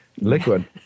liquid